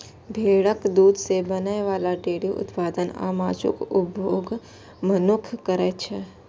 भेड़क दूध सं बनै बला डेयरी उत्पाद आ मासुक उपभोग मनुक्ख करै छै